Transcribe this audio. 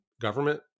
government